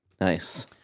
nice